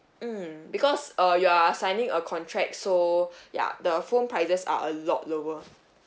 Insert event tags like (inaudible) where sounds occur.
mm because uh your are signing a contract so (breath) yup the phone prices are a lot lower